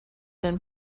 been